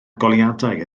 goleuadau